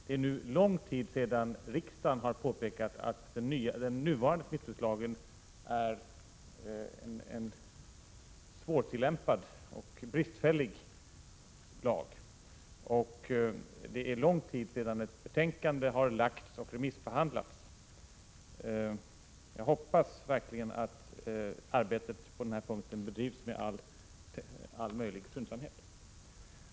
Det har nu också gått en lång tid sedan riksdagen påpekade att den nuvarande smittskyddslagen är en svårtillämpad och bristfällig lag. Det har nu också gått lång tid sedan ett betänkande lades fram och remissbehandlades. Jag hoppas verkligen att arbetet på den här punkten bedrivs med all möjlig skyndsamhet.